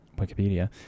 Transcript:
wikipedia